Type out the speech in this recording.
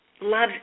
loves